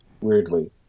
weirdly